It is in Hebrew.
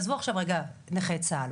עזבו עכשיו נכי צה"ל,